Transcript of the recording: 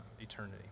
eternity